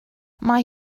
mae